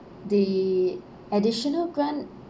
the additional grant